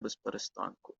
безперестанку